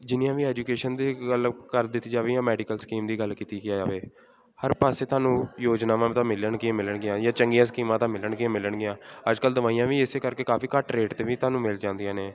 ਜਿੰਨੀਆਂ ਵੀ ਐਜੂਕੇਸ਼ਨ ਦੀ ਗੱਲ ਕਰ ਦਿੱਤੀ ਜਾਵੇ ਜਾਂ ਮੈਡੀਕਲ ਸਕੀਮ ਦੀ ਗੱਲ ਕੀਤੀ ਜਾਵੇ ਹਰ ਪਾਸੇ ਤੁਹਾਨੂੰ ਯੋਜਨਾਵਾਂ ਤਾਂ ਮਿਲਣਗੀਆਂ ਮਿਲਣਗੀਆਂ ਜਾਂ ਚੰਗੀਆਂ ਸਕੀਮਾਂ ਤਾਂ ਮਿਲਣਗੀਆਂ ਮਿਲਣਗੀਆਂ ਅੱਜ ਕੱਲ ਦਵਾਈਆਂ ਵੀ ਇਸ ਕਰਕੇ ਕਾਫੀ ਘੱਟ ਰੇਟ 'ਤੇ ਵੀ ਤੁਹਾਨੂੰ ਮਿਲ ਜਾਂਦੀਆਂ ਨੇ